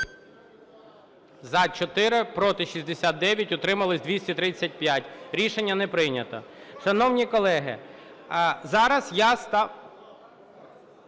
За-4 Проти – 69, утримались 235. Рішення не прийнято.